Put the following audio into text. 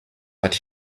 but